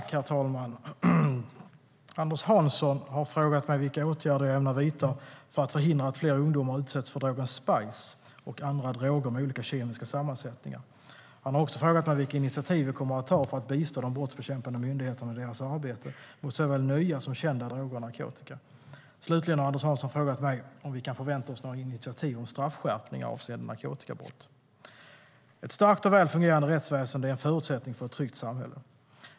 Herr talman! Anders Hansson har frågat mig vilka åtgärder jag ämnar vidta för att förhindra att fler ungdomar utsätts för drogen spice och andra droger med olika kemiska sammansättningar. Han har också frågat mig vilka initiativ jag kommer att ta för att bistå de brottsbekämpande myndigheterna i deras arbete mot såväl nya som kända droger och narkotika. Slutligen har Anders Hansson frågat mig om vi kan förvänta oss några initiativ om straffskärpningar avseende narkotikabrott. Ett starkt och väl fungerande rättsväsen är en förutsättning för ett tryggt samhälle.